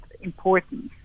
importance